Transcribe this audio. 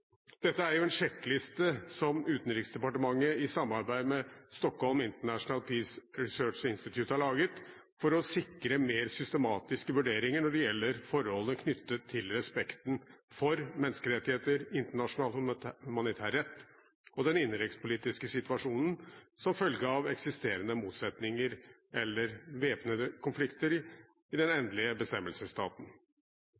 Dette er jo en sjekkliste som Utenriksdepartementet i samarbeid med Stockholm International Peace Research Institute har laget for å sikre mer systematiske vurderinger når det gjelder forholdene knyttet til respekten for menneskerettigheter, internasjonal humanitær rett og den innenrikspolitiske situasjonen som følge av eksisterende motsetninger eller væpnede konflikter i den